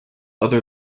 other